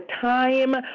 time